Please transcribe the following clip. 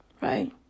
Right